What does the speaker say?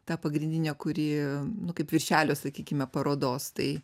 tą pagrindinę kuri nu kaip viršelio sakykime parodos tai